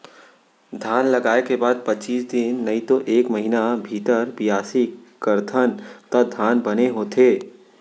धान लगाय के बाद पचीस दिन नइतो एक महिना भीतर बियासी करथन त धान बने होथे